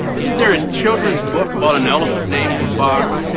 isn't there ah children's book about an elephant named babar